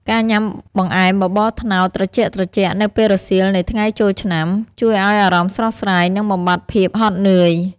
ការញ៉ាំ "បង្អែមបបរត្នោត" ត្រជាក់ៗនៅពេលរសៀលនៃថ្ងៃចូលឆ្នាំ ជួយឱ្យអារម្មណ៍ស្រស់ស្រាយ និងបំបាត់ភាពហត់នឿយ។